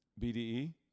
BDE